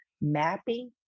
mapping